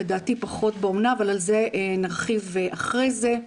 לדעתי פחות באומנה אבל על זה נרחיב אחרי כן.